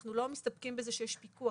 אנחנו לא מסתפקים בזה שיש פיקוח.